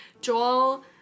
Joel